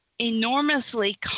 enormously